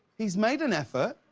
he's made an effort.